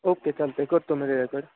okay चालत आहे करतो मी त्याच्याकडे